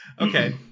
Okay